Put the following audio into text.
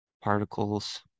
particles